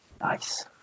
Nice